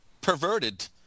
perverted